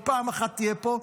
אם פעם אחת תהיה פה,